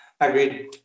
Agreed